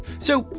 so,